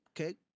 okay